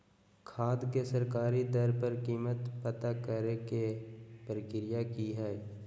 खाद के सरकारी दर पर कीमत पता करे के प्रक्रिया की हय?